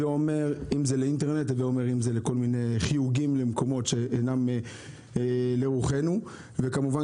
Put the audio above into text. בין אם זה באינטרנט או לחיוגים למקומות שאינם לרוחנו וכמובן